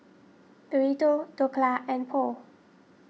Burrito Dhokla and Pho